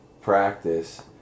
practice